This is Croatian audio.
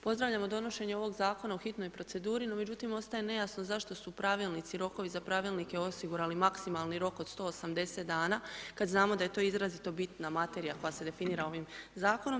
Pozdravljamo donošenje ovog zakona u hitnoj proceduri, no međutim ostaje nejasno zašto su pravilnici i rokovi za pravilnike osigurali maksimalni rok od 180 dana kad znamo da je to izrazito bitna materija koja se definira ovim zakonom.